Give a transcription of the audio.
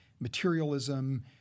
Materialism